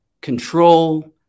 control